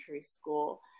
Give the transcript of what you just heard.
school